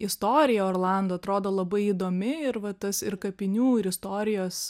istorija orlando atrodo labai įdomi ir va tas ir kapinių ir istorijos